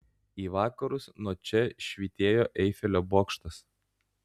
į vakarus nuo čia švytėjo eifelio bokštas